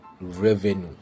revenue